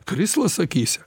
krislas akyse